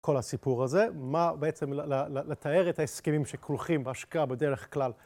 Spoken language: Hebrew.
כל הסיפור הזה, מה בעצם לתאר את ההסכמים שכרוכים בהשקעה בדרך כלל.